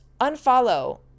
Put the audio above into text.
unfollow